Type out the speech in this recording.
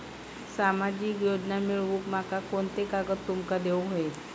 सामाजिक योजना मिलवूक माका कोनते कागद तुमका देऊक व्हये?